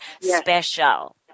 special